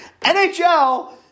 NHL